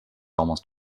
almost